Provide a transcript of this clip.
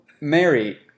Mary